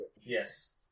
Yes